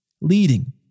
Leading